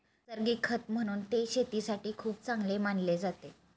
नैसर्गिक खत म्हणून ते शेतीसाठी खूप चांगले मानले जाते